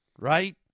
Right